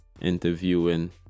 interviewing